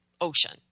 ocean